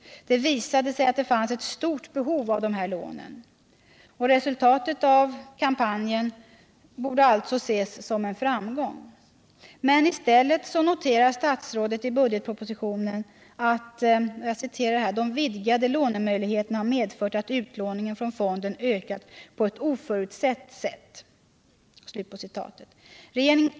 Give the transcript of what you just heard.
Det visade sig att det fanns ett stort behov av dessa lån. Resultatet av kampanjen borde alltså ses som en framgång. Men i stället noterar statsrådet i budgetpropositionen att ”de vidgade lånemöjligheterna har medfört att utlåningen från fonden ökat på ett oförutsett sätt”.